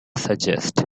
suggested